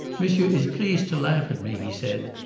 monsieur is pleased to laugh at me, he said.